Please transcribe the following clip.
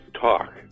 talk